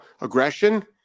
aggression